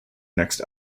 next